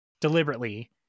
deliberately